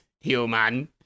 Human